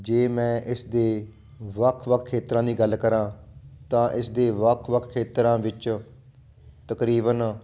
ਜੇ ਮੈਂ ਇਸ ਦੇ ਵੱਖ ਵੱਖ ਖੇਤਰਾਂ ਦੀ ਗੱਲ ਕਰਾਂ ਤਾਂ ਇਸਦੇ ਵੱਖ ਵੱਖ ਖੇਤਰਾਂ ਵਿੱਚ ਤਕਰੀਬਨ